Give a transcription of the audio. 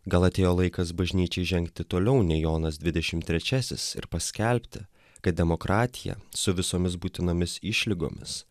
gal atėjo laikas bažnyčiai žengti toliau nei jonas dvidešim trečiasis ir paskelbti kad demokratija su visomis būtinomis išlygomis